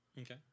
Okay